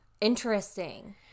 interesting